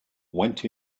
went